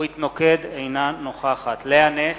אינה נוכחת לאה נס,